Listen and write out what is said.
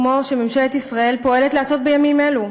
כמו שממשלת ישראל פועלת לעשות בימים אלה,